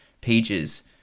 pages